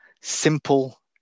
simple